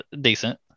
decent